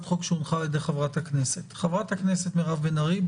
חוק שהונחה על ידי חברת הכנסת מירב בן ארי,